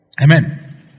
Amen